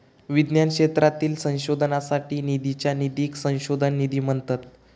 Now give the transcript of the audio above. विज्ञान क्षेत्रातील संशोधनासाठी निधीच्या निधीक संशोधन निधी म्हणतत